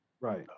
right